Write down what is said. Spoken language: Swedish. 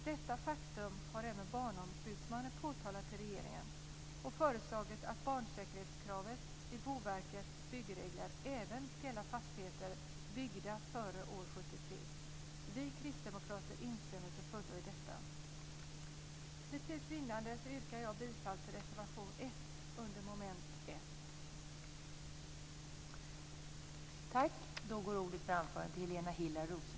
Detta faktum har även Barnombudsmannen påtalat till regeringen och föreslagit att barnsäkerhetskravet i Boverkets byggregler även ska gälla fastigheter byggda före 1973. Vi kristdemokrater instämmer till fullo i detta.